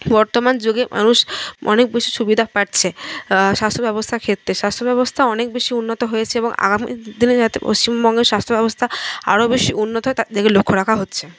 বর্তমান যুগে মানুষ অনেক বেশি সুবিধা পাচ্ছে স্বাস্থ্য ব্যবস্থার ক্ষেত্রে স্বাস্থ্যব্যবস্থা অনেক বেশি উন্নত হয়েছে এবং আগামী দিনে যাতে পশ্চিমবঙ্গের স্বাস্থ্যব্যবস্থা আরও বেশি উন্নত হয় তার দিকে লক্ষ্য রাখা হচ্ছে